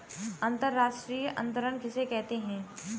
अंतर्राष्ट्रीय अंतरण किसे कहते हैं?